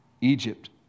Egypt